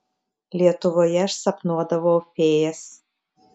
lietuvoje aš sapnuodavau fėjas